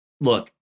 look